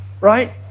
right